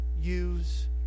use